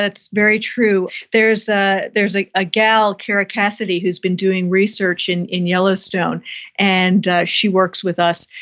that's very true. there's ah there's a ah gal, kira cassidy, who's been doing research in in yellowstone and she works with us.